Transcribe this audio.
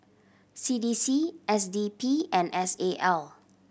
C D C S D P and S A L